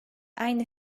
aynı